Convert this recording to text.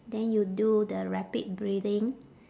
then you do the rapid breathing